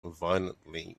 violently